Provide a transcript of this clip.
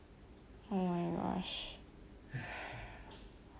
oh my gosh